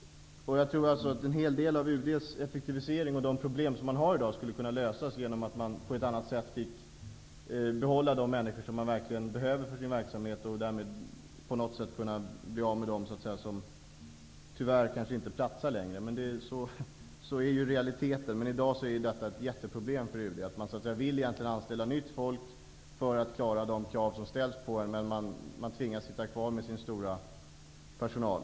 Jag tror att en hel del av UD:s effektivisering och de problem som de har i dag skulle kunna lösas genom att de på ett annat sätt fick behålla de människor som de verkligen behöver för sin verksamhet. Därmed skulle de på något sätt kunna bli av med dem som tyvärr inte platsar längre. Sådan är realiteten, men i dag är detta ett jätteproblem för UD. De vill egentligen anställa nytt folk för att klara de krav som ställs på dem, men de tvingas sitta kvar med sin stora personal.